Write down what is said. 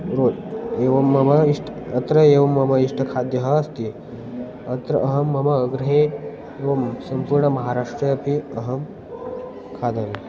रो एवं मम इष्टम् अत्र एवं मम इष्टं खाद्यम् अस्ति अत्र अहं मम गृहे एवं सम्पूर्णमहाराष्ट्रे अपि अहं खादामि